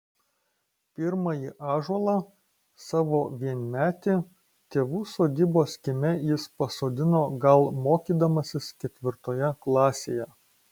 pirmąjį ąžuolą savo vienmetį tėvų sodybos kieme jis pasodino gal mokydamasis ketvirtoje klasėje